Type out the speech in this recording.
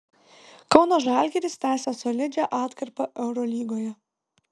kauno žalgiris tęsia solidžią atkarpą eurolygoje